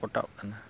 ᱠᱟᱴᱟᱜ ᱠᱟᱱᱟ